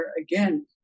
Again